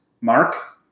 Mark